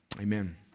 amen